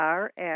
Rx